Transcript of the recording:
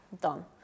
done